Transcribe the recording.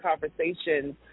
conversations